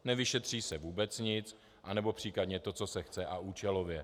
Nevyšetří se vůbec nic, anebo případně to, co se chce, a účelově.